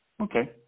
Okay